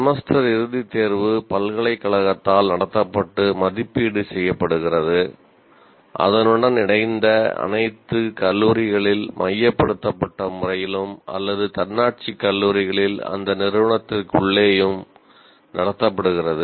semester இறுதித் தேர்வு பல்கலைக்கழகத்தால் நடத்தப்பட்டு மதிப்பீடு செய்யப்படுகிறது அதனுடன் இணைந்த அனைத்து கல்லூரிகளில் மையப்படுத்தப்பட்ட முறையிலும் அல்லது தன்னாட்சி கல்லூரிகளில் அந்த நிறுவனத்திற்குள்ளேயேயும் நடத்தப்படுகிறது